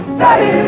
study